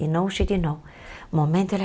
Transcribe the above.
you know she didn't know moment that